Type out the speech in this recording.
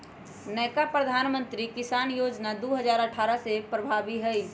नयका प्रधानमंत्री किसान जोजना दू हजार अट्ठारह से प्रभाबी हइ